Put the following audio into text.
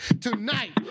tonight